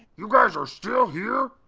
you guys are still here?